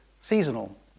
seasonal